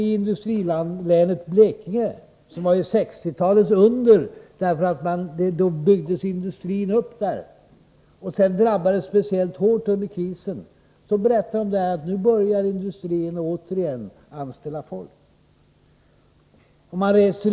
I industrilänet Blekinge, som var 1960-talets under därför att industrin då byggdes upp där och som sedan drabbades speciellt hårt under krisen, berättar man att industrierna nu återigen börjat anställa folk.